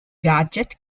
gadget